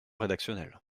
rédactionnel